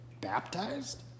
baptized